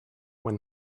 when